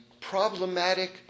problematic